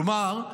כלומר,